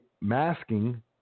masking